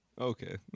Okay